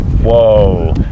Whoa